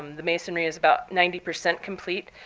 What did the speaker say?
um the masonry is about ninety percent complete,